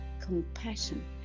compassion